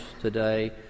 today